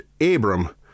Abram